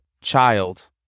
child